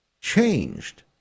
changed